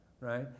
right